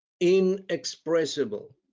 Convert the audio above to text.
Inexpressible